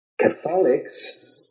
Catholics